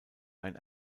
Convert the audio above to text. ein